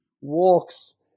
walks